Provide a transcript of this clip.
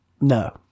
No